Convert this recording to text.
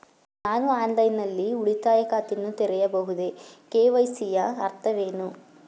ನಾನು ಆನ್ಲೈನ್ ನಲ್ಲಿ ಉಳಿತಾಯ ಖಾತೆಯನ್ನು ತೆರೆಯಬಹುದೇ? ಕೆ.ವೈ.ಸಿ ಯ ಅರ್ಥವೇನು?